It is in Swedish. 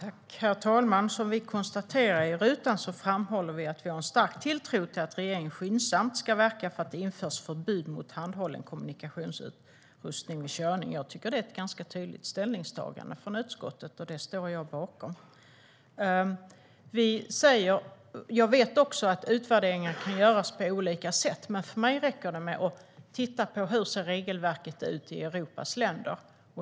Herr talman! Som vi konstaterar i rutan framhåller vi att vi har en stark tilltro till att regeringen skyndsamt ska verka för att det införs förbud mot handhållen kommunikationsutrustning vid körning. Jag tycker att det är ett ganska tydligt ställningstagande från utskottet, och det står jag bakom. Jag vet också att utvärderingen kan göras på olika sätt. För mig räcker det med att titta på hur regelverket ser ut i Europas länder.